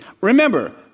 Remember